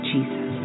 Jesus